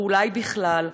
ואולי בכלל.